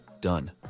Done